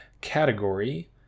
category